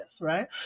right